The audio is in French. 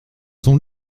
son